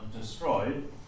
destroyed